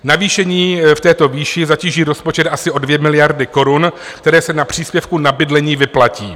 Navýšení v této výši zatíží rozpočet asi o 2 miliardy korun, které se na příspěvku na bydlení vyplatí.